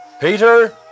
Peter